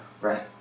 right